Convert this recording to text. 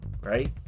right